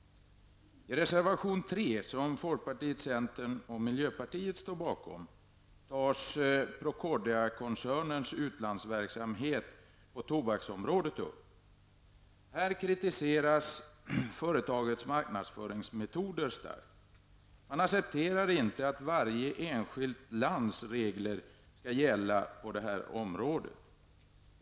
I reservation 3, som folkpartiet, centern och miljöpartiet står bakom, tas Procordiakoncernens utlandsverksamhet på tobaksområdet upp. Här kritiseras företagets marknadsföringsmetoder starkt. Man accepterar inte att varje enskilt lands regler skall gälla på det här området.